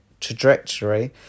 trajectory